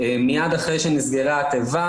מיד אחרי שנסגרה התיבה,